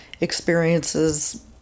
experiences